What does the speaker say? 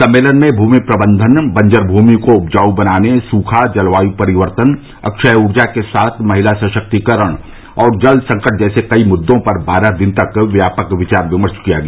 सम्मेलन में भूमि प्रबंधन बंजर भूमि को उपजाऊ बनाने सुखा जलवाय परिवर्तन अक्षय ऊर्जा के साथ महिला सशक्तिकरण और जल संकट जैसे कई मुद्दों पर बारह दिन तक व्यापक विचार विमर्श किया गया